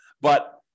But-